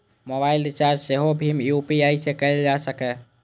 mobile recharge सेहो भीम UPI सं कैल जा सकैए